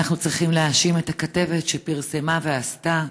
אנחנו צריכים להאשים את הכתבת שפרסמה ועשתה?